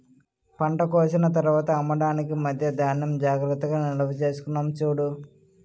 పంట కోసిన తర్వాత అమ్మడానికి మధ్యా ధాన్యం జాగ్రత్తగా నిల్వచేసుకున్నాం చూడు